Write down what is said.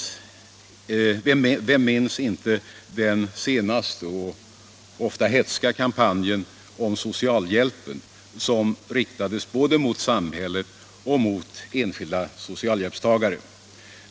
Vem minns inte den senaste och ofta hätska kampanjen om socialhjälpen, som riktades både mot samhället och mot enskilda socialhjälpstagare.